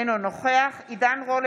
אינו נוכח עידן רול,